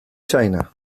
china